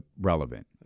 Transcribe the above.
relevant